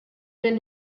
been